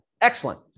Excellent